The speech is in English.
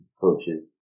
Coaches